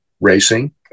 racing